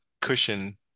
cushion